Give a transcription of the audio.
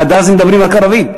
ועד אז הם מדברים רק ערבית.